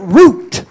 root